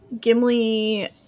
Gimli